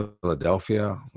Philadelphia